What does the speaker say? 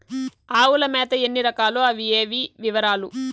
ఆవుల మేత ఎన్ని రకాలు? అవి ఏవి? వివరాలు?